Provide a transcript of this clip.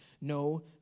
no